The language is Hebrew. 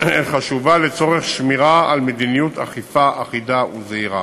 חשוב לצורך שמירה על מדיניות אכיפה אחידה וזהירה.